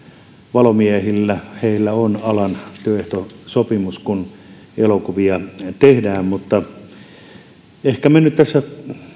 valomiehillä on alan työehtosopimus kun elokuvia tehdään ehkä me nyt tässä